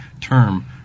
term